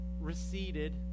receded